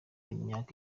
imyaka